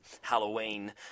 Halloween